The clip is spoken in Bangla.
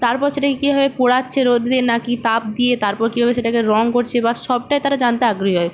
তারপরে সেটাকে কীভাবে পোড়াচ্ছে রোদে নাকি তাপ দিয়ে তারপর কীভাবে সেটাকে রং করছে বা সবটাই তারা জানতে আগ্রহী হয়